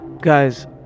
Guys